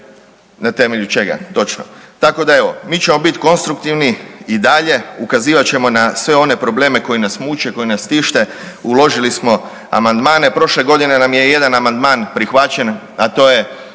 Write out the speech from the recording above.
Na temelju čega, točno. Tako da evo, mi ćemo biti konstruktivni i dalje, ukazivat ćemo na sve one probleme koji nas muče, koji nas tište, uložili smo amandmane. Prošle godine nam je jedan amandman prihvaćen, a to je